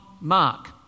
Mark